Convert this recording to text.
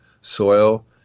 soil